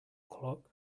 clock